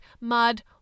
mud